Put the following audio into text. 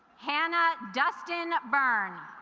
hannah dustin burn